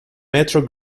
metro